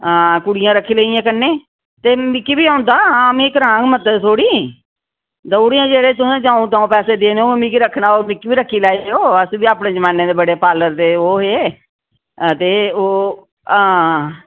हां कुड़ियां रक्खी लेइयां कन्नै ते मिकी बी औंदा हां मी कराङ मदद थोह्ड़ी देई ओड़ेयां जेह्ड़े द'ऊं पैसे देने होन मिगी रक्खना होग मिगी बी रक्खी लैएयो अस बी अपने जमाने दे बड़े पार्लर दे ओह् हे ते ओह् हां